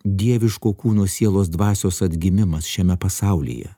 dieviško kūno sielos dvasios atgimimas šiame pasaulyje